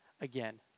again